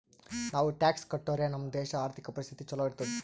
ನಾವು ಟ್ಯಾಕ್ಸ್ ಕಟ್ಟುರೆ ನಮ್ ದೇಶ ಆರ್ಥಿಕ ಪರಿಸ್ಥಿತಿ ಛಲೋ ಇರ್ತುದ್